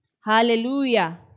Hallelujah